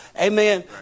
Amen